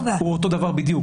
הוא אותו דבר בדיוק.